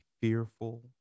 fearful